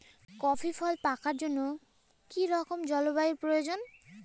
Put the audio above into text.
Coffee ফল পাকার জন্য কী রকম জলবায়ু প্রয়োজন?